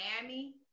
Miami